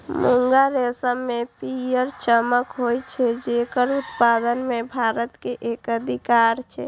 मूंगा रेशम मे पीयर चमक होइ छै, जेकर उत्पादन मे भारत के एकाधिकार छै